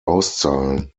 auszahlen